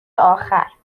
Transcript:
آخر